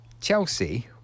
Chelsea